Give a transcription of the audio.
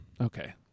Okay